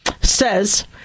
Says